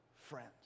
friends